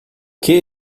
que